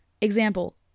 Example